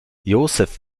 josef